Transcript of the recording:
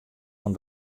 fan